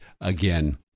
again